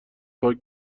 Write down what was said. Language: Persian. پاک